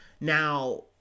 Now